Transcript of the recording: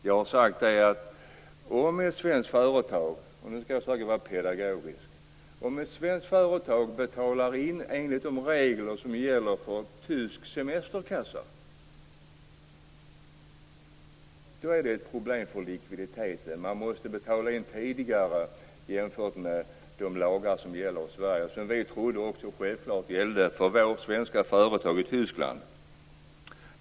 Jag har sagt - och nu skall jag försöka vara pedagogisk - att om ett svenskt företag betalar in enligt de regler som gäller för tysk semesterkassa är det ett problem för likviditeten. Man måste betala in tidigare jämfört med de lagar som gäller i Sverige och som vi självklart trodde gällde för våra svenska företag i Tyskland.